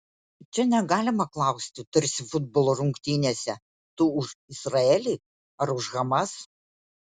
čia negalima klausti tarsi futbolo rungtynėse tu už izraelį ar už hamas